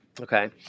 Okay